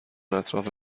اطراف